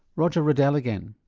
roger reddel again.